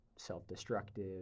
self-destructive